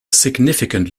significant